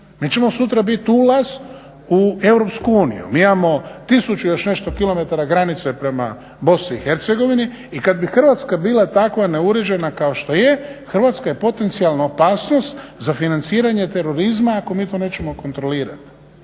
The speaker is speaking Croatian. mi ćemo sutra biti ulaz u EU. Mi imamo tisuću i još nešto kilometara granice prema BiH i kad bi Hrvatska bila takva neuređena kao što je Hrvatska je potencijalna opasnost za financiranje terorizma ako mi to nećemo kontrolirati.